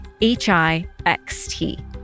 H-I-X-T